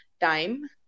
time